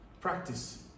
Practice